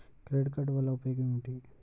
Credit card వల్ల ఉపయోగం ఏమిటీ?